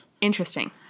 Interesting